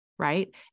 right